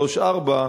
3 ו-4,